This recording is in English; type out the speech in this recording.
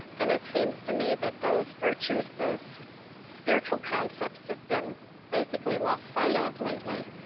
and it seems to me that those virtues, those spiritual concepts, have been basically lost sight of lately.